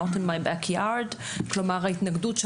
Not In My Back Yard כלומר ההתנגדות של